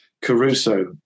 Caruso